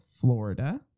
Florida